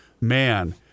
man